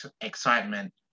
excitement